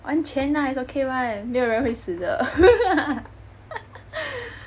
安全 lah it's okay [one] 没有人会死的